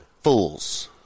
Fools